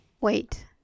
wait